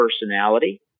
personality